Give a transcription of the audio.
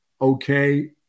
Okay